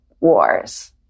wars